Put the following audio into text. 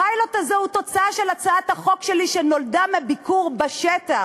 הפיילוט הזה הוא תוצאה של הצעת החוק שלי שנולדה מביקור בשטח,